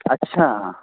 اچھا